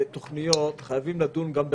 בתוכניות חייבים לדון גם בחלופות.